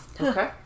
Okay